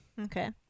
Okay